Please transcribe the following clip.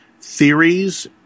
theories